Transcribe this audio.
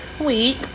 week